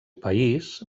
país